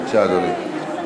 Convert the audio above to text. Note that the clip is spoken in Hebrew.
בבקשה, אדוני.